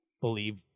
believe